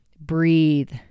breathe